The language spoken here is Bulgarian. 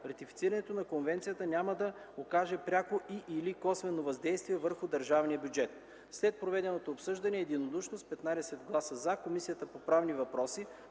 Ратифицирането на конвенцията няма да окаже пряко и/или косвено въздействие върху държавния бюджет. След проведеното обсъждане, единодушно с 15 гласа „за”, Комисията по правни въпроси